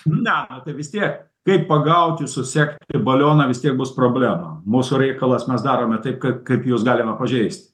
ne tai vis tiek kaip pagauti susekti balioną vis tiek bus problema mūsų reikalas mes darome taip ka kaip juos galima pažeist